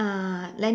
ah